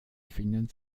finden